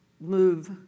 move